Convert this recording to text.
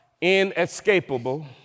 inescapable